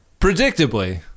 predictably